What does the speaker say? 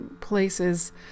places